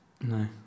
No